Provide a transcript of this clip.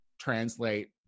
translate